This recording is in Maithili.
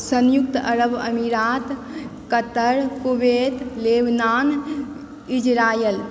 संयुक्त अरब अमीरात कतर कुवैत लेबनान इजरायल